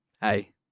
Hey